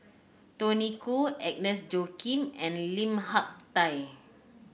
Tony Khoo Agnes Joaquim and Lim Hak Tai